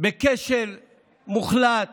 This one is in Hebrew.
ובכשל מוחלט